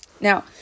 Now